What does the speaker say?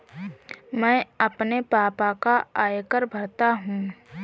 मैं अपने पापा का आयकर भरता हूं